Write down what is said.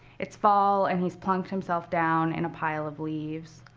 it's fall, and he's plunked himself down in a pile of leaves,